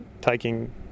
taking